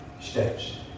steps